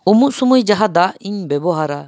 ᱩᱢᱩᱜ ᱥᱚᱢᱚᱭ ᱡᱟᱦᱟᱸ ᱫᱟᱜ ᱤᱧ ᱵᱮᱵᱚᱦᱟᱨᱟ